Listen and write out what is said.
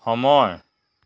সময়